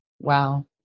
Wow